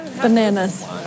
Bananas